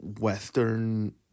Western